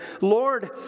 Lord